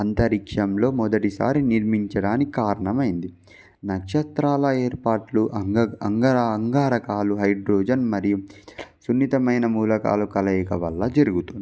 అంతరిక్షంలో మొదటిసారి నిర్మించడానికి కారణమైంది నక్షత్రాల ఏర్పాట్లు అంగ అంగర అంగారకాలు హైడ్రోజన్ మరియు సున్నితమైన మూలకాల కలయిక వల్ల జరుగుతుంది